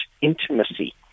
intimacy